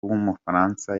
w’umufaransa